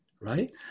Right